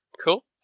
Cool